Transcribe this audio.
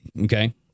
Okay